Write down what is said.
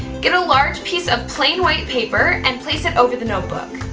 get a large piece of plain white paper and place it over the notebook.